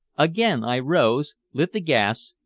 again i rose, lit the gas,